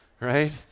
Right